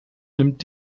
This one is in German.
nimmt